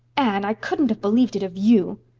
anne, i couldn't have believed it of you.